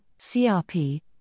CRP